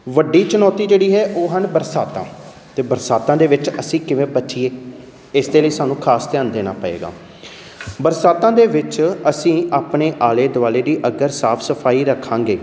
ਵੱਡੀ ਚੁਣੌਤੀ ਜਿਹੜੀ ਹੈ ਉਹ ਹਨ ਬਰਸਾਤਾਂ ਅਤੇ ਬਰਸਾਤਾਂ ਦੇ ਵਿੱਚ ਅਸੀਂ ਕਿਵੇਂ ਬਚੀਏ ਇਸ ਦੇ ਲਈ ਸਾਨੂੰ ਖਾਸ ਧਿਆਨ ਦੇਣਾ ਪਵੇਗਾ ਬਰਸਾਤਾਂ ਦੇ ਵਿੱਚ ਅਸੀਂ ਆਪਣੇ ਆਲੇ ਦੁਆਲੇ ਦੀ ਅਗਰ ਸਾਫ਼ ਸਫ਼ਾਈ ਰੱਖਾਂਗੇ